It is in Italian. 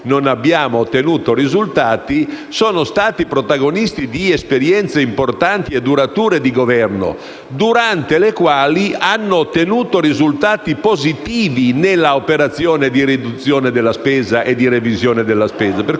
non abbiamo ottenuto risultati, è stata protagonista di esperienze importanti e durature di Governo, durante le quali sono stati ottenuti risultati positivi nell'operazione di riduzione e revisione della spesa.